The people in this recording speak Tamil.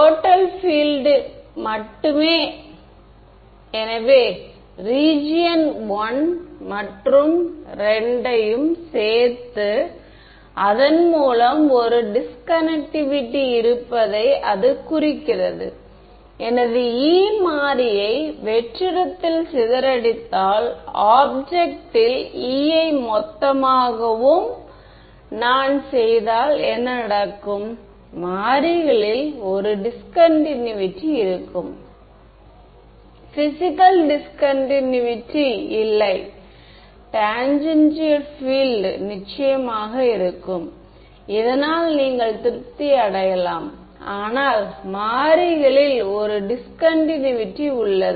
டோட்டல் பீல்ட் மட்டுமே எனவே ரீஜியன் I மற்றும் II யும் சேர்த்தால் அதன்மூலம் ஒரு டிஸ்கன்டினேவிட்டி இருப்பதைக் அது குறிக்கிறது எனது E மாறியை வெற்றிடத்தில் சிதறடித்தால் ஆப்ஜெக்ட் ல் E யை மொத்தமாகவும் நான் செய்தால் என்ன நடக்கும் மாறிகளில் ஒரு டிஸ்கன்டினேவிட்டி இருக்கும் பிஸிக்கல் டிஸ்கன்டினேவிட்டி இல்லை டேன்ஜென்சியல் பீல்ட் நிச்சயமாக இருக்கும் இதனால் நீங்கள் திருப்தி அடையலாம் ஆனால் மாறிகளில் ஒரு டிஸ்கன்டினேவிட்டி உள்ளது